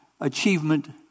achievement